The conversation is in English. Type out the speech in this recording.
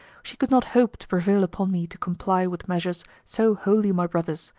she could not hope to prevail upon me to comply with measures so wholly my brother's,